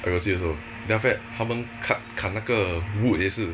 I got see also then after that 他们 cut 砍那个 wood 也是